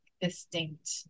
distinct